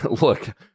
Look